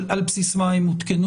על בסיס מה הם הותקנו.